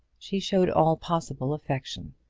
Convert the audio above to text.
she showed all possible affection,